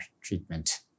treatment